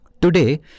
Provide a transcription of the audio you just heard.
Today